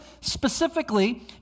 specifically